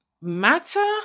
matter